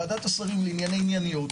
ועדת השרים לענייני ענייניות,